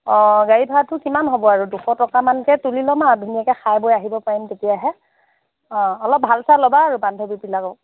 অ গাড়ী ভাড়াটো কিমান হ'ব আৰু দুশ টকামানকৈ তুলি ল'ম আৰু ধুনীয়াকৈ খাই বৈ আহিব পাৰিম তেতিয়াহে অ অলপ ভাল চাই ল'বা আৰু বান্ধৱীবিলাকক